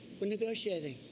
we're negotiating,